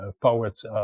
poets